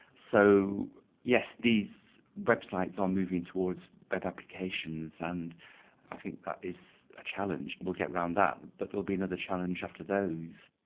so yes, these websites are moving towards web applications, and i think that is a challenge. we'll get around that but there will be another challenge after those.